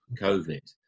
COVID